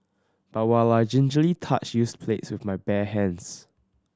but while I gingerly touched used plates with my bare hands